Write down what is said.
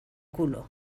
culo